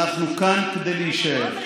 אנחנו כאן כדי להישאר.